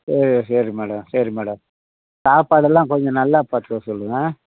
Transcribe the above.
சரி சரி மேடம் சரி மேடம் சாப்பாடெல்லாம் கொஞ்சம் நல்லா பார்த்துக்க சொல்லுங்கள்